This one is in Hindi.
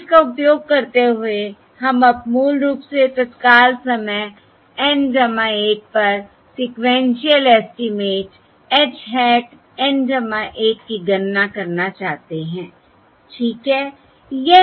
और इसका उपयोग करते हुए हम अब मूल रूप से तत्काल समय N 1 पर sequential estimate h Hat N 1 की गणना करना चाहते हैं ठीक है